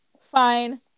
Fine